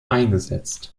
eingesetzt